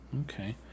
Okay